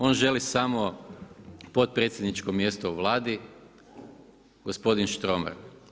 On želi samo potpredsjedničko mjesto u Vladi, gospodin Štromar.